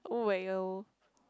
!oh well!